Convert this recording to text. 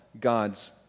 God's